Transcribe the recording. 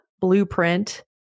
blueprint